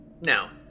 Now